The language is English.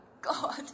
God